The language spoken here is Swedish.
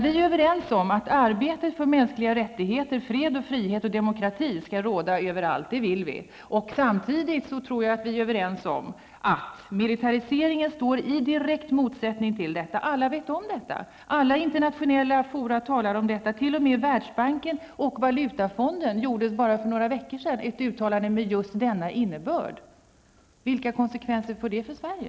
Vi är överens om att arbetet för mänskliga rättigheter, fred, frihet och demokrati skall råda överallt. Det vill vi. Jag tror samtidigt att vi är överens om att militäriseringen står i direkt motsättning till detta. Alla vet om detta. Alla internationella fora talar om detta. T.o.m. Världsbanken och Valutafonden gjorde för bara några veckor sedan ett uttalande av just denna innebörd. Vilka konsekvenser får det för Sverige?